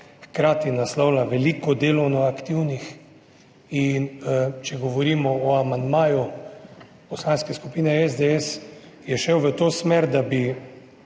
Hkrati naslavlja veliko delovno aktivnih. Če govorimo o amandmaju Poslanske skupine SDS, je šel v to smer, da bi